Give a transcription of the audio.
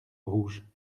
rouges